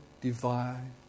divine